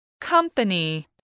Company